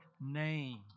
name